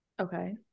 okay